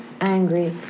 angry